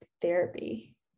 therapy